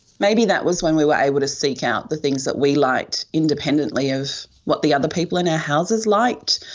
maybe that was when we were able to seek out the things that we liked independently of what the other people in our houses liked.